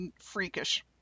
freakish